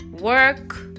work